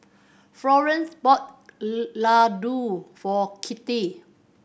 Florance bought Ladoo for Kitty